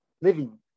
Living